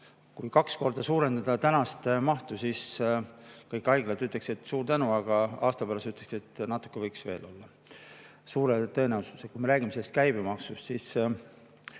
kaks korda suurendada praegust mahtu, siis kõik haiglad ütleksid suur tänu, aga aasta pärast ütleksid, et natuke võiks veel olla, suure tõenäosusega. Kui me räägime käibemaksust, siis